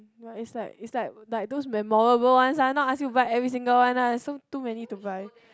ya it's like it's like those memorable ones lah not ask you buy every single one lah also too many to buy